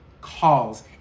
calls